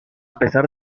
pesar